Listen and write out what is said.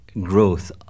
growth